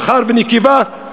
זכר ונקבה,